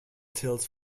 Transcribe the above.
tills